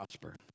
prosper